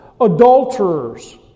Adulterers